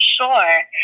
Sure